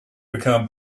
become